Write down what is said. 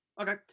Okay